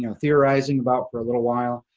you know theorizing about for a little while.